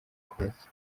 rwubatse